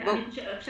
אבקש